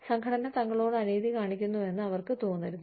സംഘടന തങ്ങളോട് അനീതി കാണിക്കുന്നുവെന്ന് അവർക്ക് തോന്നരുത്